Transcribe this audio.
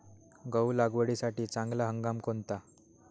गहू लागवडीसाठी चांगला हंगाम कोणता?